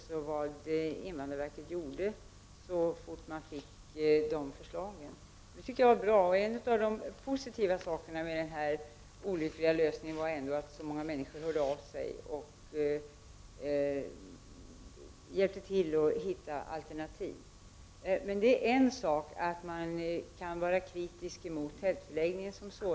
Så fort invandrarverket fick in förslag vidtogs också åtgärder. Det tycker jag är bra. En av de positiva sakerna med den här olyckliga lösningen är ändå att så många människor hörde av sig och att så många hjälpte till när det gällde att hitta alternativ. Det är en sak att man kan vara kritisk mot tältförläggningen som sådan.